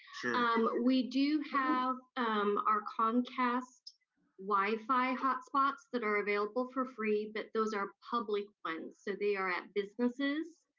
sure. um we do have our comcast wi-fi hot spots that are available for free, but those are public ones, so they are at businesses,